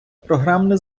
програмне